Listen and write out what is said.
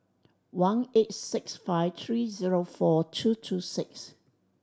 one eight six five three zero four two two six